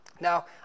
now